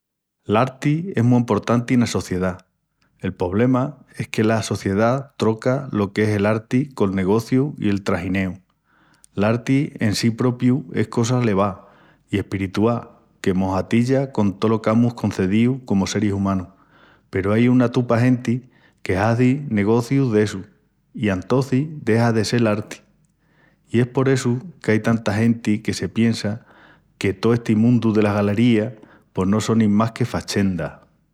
L'arti es mu emportanti ena sociedá. El pobrema es que la sociedá troca lo que es el arti col negociu i el tragineu. L'arti, en sí propiu, es cosa alevá i espiritual que mos atilla con tolo qu'amus concedíu comu seris umanus, peru ai una tupa genti que hazi negociu d'essu i antocis dexa de sel arti. I es por essu qu'ai tanta genti que se piensa que tó esti mundu delas galerías pos no sonin más que fachendas.